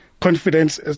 confidence